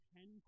Ten